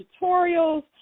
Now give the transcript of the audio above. tutorials